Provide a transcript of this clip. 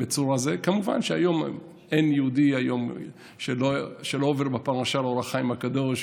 כמובן שאין יהודי היום שלא עובר בפרשה על אור החיים הקדוש.